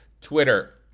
Twitter